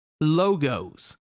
logos